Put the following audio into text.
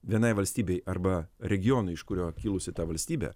vienai valstybei arba regionui iš kurio kilusi ta valstybė